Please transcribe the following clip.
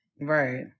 Right